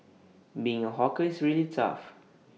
being A hawker is really tough